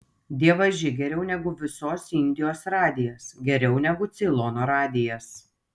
dievaži geriau negu visos indijos radijas geriau negu ceilono radijas